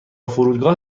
فرودگاه